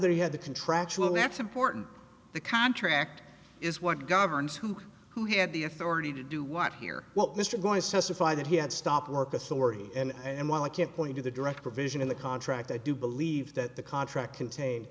that he had the contractual that's important the contract is what governs who who had the authority to do what here what mr going to testify that he had stop work authority and while i can't point to the direct provision in the contract i do believe that the contract contain